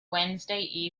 wednesday